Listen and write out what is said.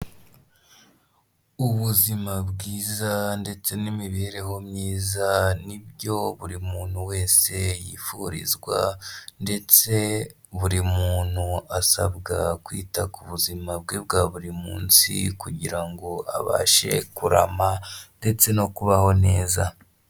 Ubuzima bwiza ndetse n'imibereho myiza, ni byo buri muntu wese yifurizwa ndetse buri muntu asabwa kwita ku buzima bwe bwa buri munsi kugira ngo abashe kurama ndetse no kubaho neza.